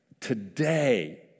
today